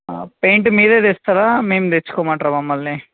paint మీరే తెస్తారా మేం తెచ్చుకోమంటారా మమ్మల్ని